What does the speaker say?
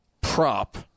prop